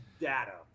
data